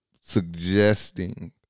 suggesting